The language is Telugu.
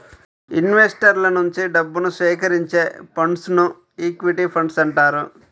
ఇన్వెస్టర్ల నుంచి డబ్బుని సేకరించే ఫండ్స్ను ఈక్విటీ ఫండ్స్ అంటారు